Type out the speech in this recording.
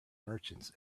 merchants